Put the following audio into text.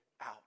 out